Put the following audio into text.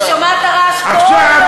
אני שומעת את הרעש כל יום.